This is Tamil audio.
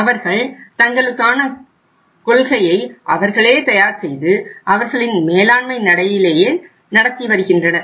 அவர்கள் தங்களுக்கான கொள்கையை அவர்களே தயார் செய்து அவர்களின் மேலாண்மை நடையிலேயே நடத்திவருகின்றனர்